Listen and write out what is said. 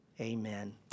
Amen